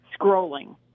scrolling